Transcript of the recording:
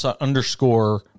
underscore